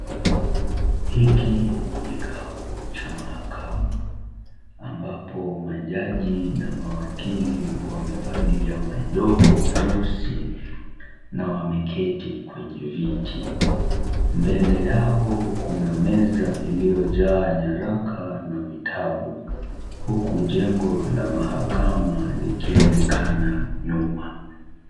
Hiki ni kikao cha mahakama ambapo majaji na mawakili wamevalia majoho meusi na wameketi kwenye viti, mbele yao kuna meza iliyojaa nyaraka na vitabu, huku jengo la mahakama likionekana nyuma.